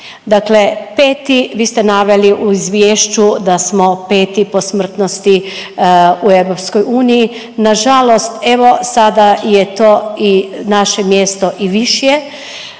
Dakle, 5., vi ste naveli u Izvješću da smo 5. po smrtnosti u EU, nažalost evo, sada je to i naše mjesto i višje,